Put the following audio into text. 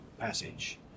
passage